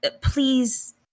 please